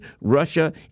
Russia